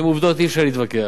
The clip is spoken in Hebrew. עם עובדות אי-אפשר להתווכח.